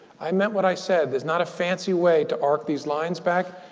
i meant what i said, there's not a fancy way to arc these lines back.